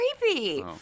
creepy